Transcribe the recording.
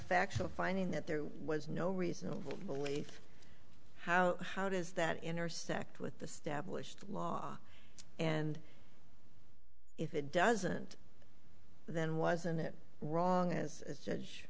factual finding that there was no reason to believe how how does that intersect with the stablished law and if it doesn't then wasn't it wrong as judge